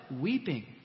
weeping